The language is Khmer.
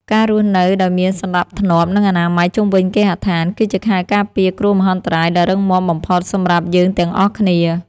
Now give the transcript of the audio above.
ការរស់នៅដោយមានសណ្តាប់ធ្នាប់ និងអនាម័យជុំវិញគេហដ្ឋាន គឺជាខែលការពារគ្រោះមហន្តរាយដ៏រឹងមាំបំផុតសម្រាប់យើងទាំងអស់គ្នា។